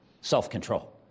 Self-control